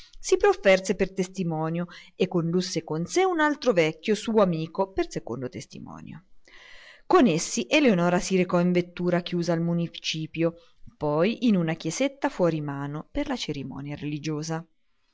si profferse per testimonio e condusse con sé un altro vecchio suo amico per secondo testimonio con essi eleonora si recò in vettura chiusa al municipio poi in una chiesetta fuorimano per la cerimonia religiosa